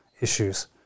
issues